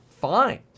fine